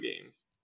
games